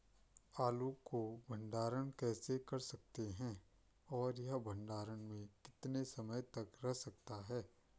आलू को भंडारण कैसे कर सकते हैं और यह भंडारण में कितने समय तक रह सकता है?